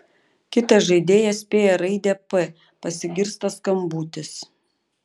kitas žaidėjas spėja raidę p pasigirsta skambutis